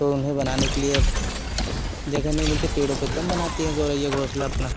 तो उन्हें बनाने के लिए अब जगह नहीं मिलती पेड़ों पर कम बनाती है गौरैया घोसला अपना